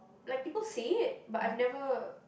like people say it but I've never